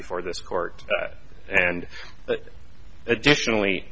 before this court and additionally